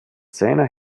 seiner